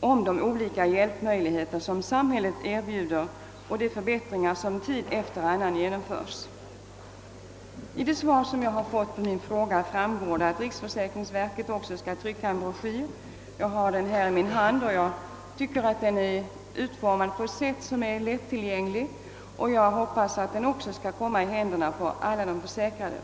om de olika hjälpmöjligheter som samhället erbjuder och de förbättringar som tid efter annan genomförs.» Av det svar som jag har fått på min fråga framgår att riksförsäkringsverket skall trycka en broschyr. Jag har den här och jag tycker att den är utformad på ett sätt som gör den lättillgänglig. Jag hoppas att denna broschyr skall komma i händerna på alla de försäkrade.